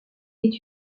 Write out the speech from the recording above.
est